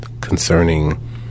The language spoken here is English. concerning